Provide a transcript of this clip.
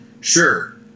sure